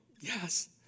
yes